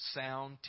sound